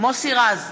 מוסי רז,